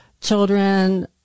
children